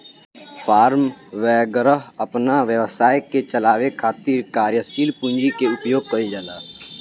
form वैगरह अपना व्यवसाय के चलावे खातिर कार्यशील पूंजी के उपयोग कईल जाला